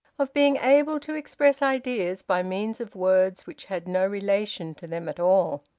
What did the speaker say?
of being able to express ideas by means of words which had no relation to them at all.